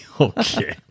Okay